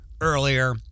earlier